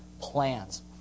plans